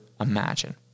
imagine